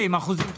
באחוזים.